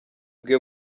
bwe